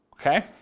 okay